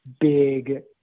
big